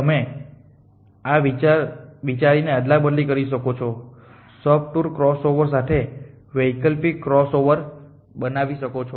તમે આ વિચારની અદલાબદલી કરી શકો છો સબ ટૂર ક્રોસઓવર સાથે વૈકલ્પિક ક્રોસઓવર બનાવી શકો છો